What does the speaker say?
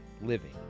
living